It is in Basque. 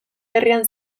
herrian